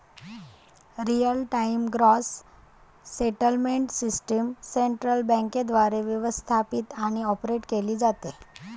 real time gross settlement system central बँकेद्वारे व्यवस्थापित आणि ऑपरेट केली जाते